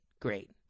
Great